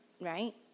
right